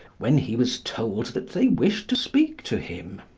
when he was told that they wished to speak to him.